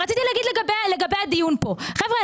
רציתי להגיד לגבי הדיון פה: חבר'ה,